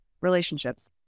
relationships